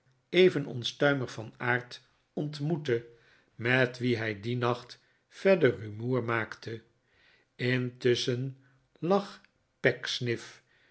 even onstuimig van aard ontmoette met wie hij dien nacht verder rumoer maakte intusschen lag